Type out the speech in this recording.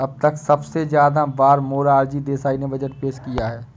अब तक सबसे ज्यादा बार मोरार जी देसाई ने बजट पेश किया है